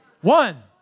One